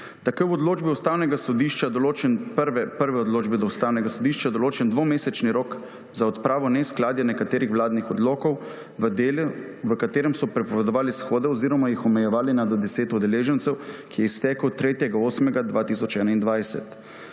v prvi odločbi Ustavnega sodišča določen dvomesečni rok za odpravo neskladja nekaterih vladnih odlokov v delu, v katerem so prepovedovali shode oziroma jih omejevali na do 10 udeležencev, ki se je iztekel 3. 8. 2021.